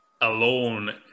alone